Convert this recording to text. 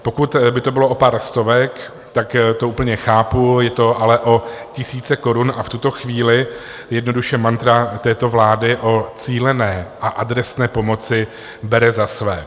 Pokud by to bylo o pár stovek, tak to úplně chápu, je to ale o tisíce korun a v tuto chvíli jednoduše mantra této vlády o cílené a adresné pomoci bere za své.